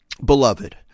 Beloved